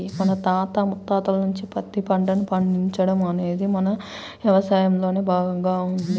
మన తాత ముత్తాతల నుంచే పత్తి పంటను పండించడం అనేది మన యవసాయంలో భాగంగా ఉన్నది